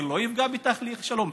זה לא יפגע בתהליך השלום.